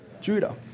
Judah